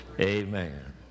Amen